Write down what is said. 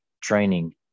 training